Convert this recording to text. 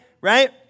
right